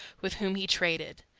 with whom he traded.